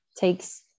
takes